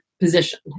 position